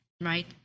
right